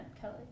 kelly